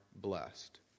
blessed